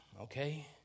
Okay